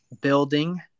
building